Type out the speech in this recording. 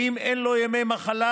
ואם אין לו ימי מחלה,